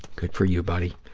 good for you, buddy,